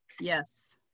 Yes